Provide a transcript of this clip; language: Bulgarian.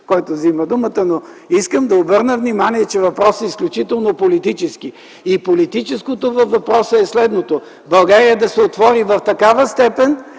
който взима думата, но искам да обърна внимание, че въпросът е изключително политически. И политическото във въпроса е следното: България да се отвори в такава степен